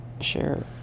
Sure